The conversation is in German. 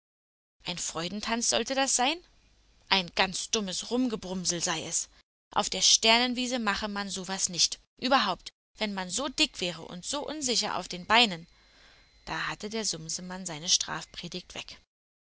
ein freudentanz sollte das sein ein ganz dummes rumgebrumsel sei es auf der sternenwiese mache man so was nicht überhaupt wenn man so dick wäre und so unsicher auf den beinen da hatte der sumsemann seine strafpredigt weg